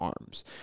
arms